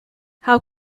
how